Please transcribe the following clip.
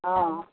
हँ